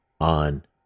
on